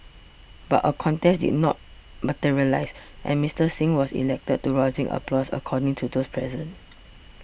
but a contest did not materialise and Mister Singh was elected to rousing applause according to those present